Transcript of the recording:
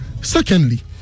secondly